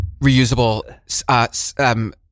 Reusable